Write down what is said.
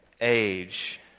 age